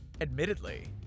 Admittedly